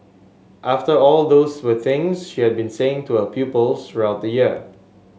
after all those were things she had been saying to her pupils throughout the year